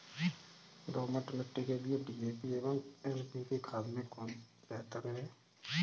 दोमट मिट्टी के लिए डी.ए.पी एवं एन.पी.के खाद में कौन बेहतर है?